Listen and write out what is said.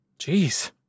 Jeez